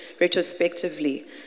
retrospectively